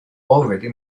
already